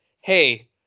hey